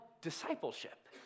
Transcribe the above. discipleship